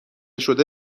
شده